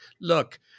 look